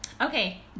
Okay